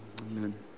amen